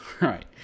Right